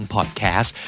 Podcast